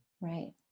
right